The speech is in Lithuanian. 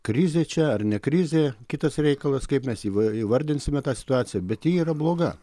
krizė čia ar ne krizė kitas reikalas kaip mes įvai įvardinsime tą situaciją bet ji yra bloga